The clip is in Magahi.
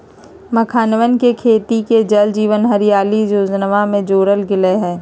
मखानके खेती के जल जीवन हरियाली जोजना में जोरल गेल हई